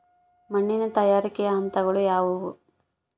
ಮಣ್ಣಿನ ತಯಾರಿಕೆಯ ಹಂತಗಳು ಯಾವುವು?